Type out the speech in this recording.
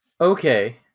Okay